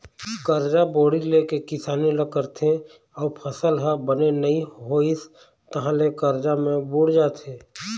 करजा बोड़ी ले के किसानी ल करथे अउ फसल ह बने नइ होइस तहाँ ले करजा म बूड़ जाथे